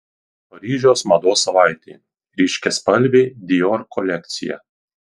paryžiaus mados savaitė ryškiaspalvė dior kolekcija